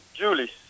Julie